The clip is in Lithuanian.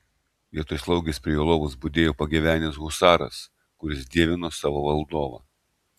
vietoj slaugės prie jo lovos budėjo pagyvenęs husaras kuris dievino savo valdovą